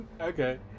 Okay